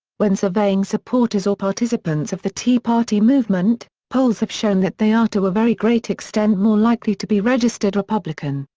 when surveying supporters or participants of the tea party movement, polls have shown that they are to a very great extent more likely to be registered republican,